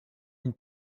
une